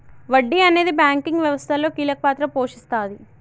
వడ్డీ అనేది బ్యాంకింగ్ వ్యవస్థలో కీలక పాత్ర పోషిస్తాది